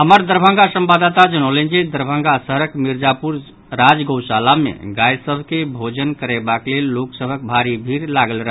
हमर दरभंगा संवाददाता जनौलनि जे दरभंगा शहरक मिर्जापुरक राज गौशाला मे गाय सभ के भोजन करयबाक लेल लोक सभक भारी भीड़ लागल रहल